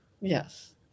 Yes